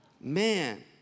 Man